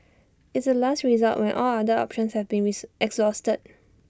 it's A last resort when all other options have been exhausted